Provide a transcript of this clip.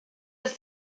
ist